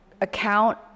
account